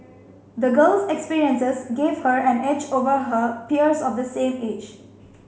the girl's experiences gave her an edge over her peers of the same age